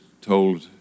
told